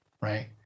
Right